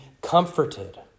comforted